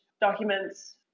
documents